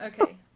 Okay